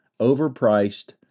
overpriced